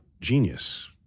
genius